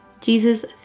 Jesus